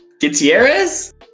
Gutierrez